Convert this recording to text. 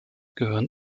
gehören